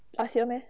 last year meh